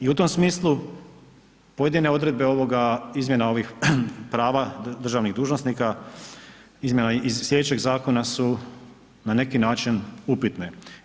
I u tom smislu pojedine odredbe ovoga izmjena ovih prava državnih dužnosnika, izmjena iz sljedećeg zakona su na neki način upitne.